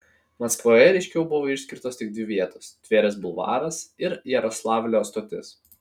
maskvoje ryškiau buvo išskirtos tik dvi vietos tverės bulvaras ir jaroslavlio stotis